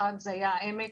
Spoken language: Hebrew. אחד היה העמק,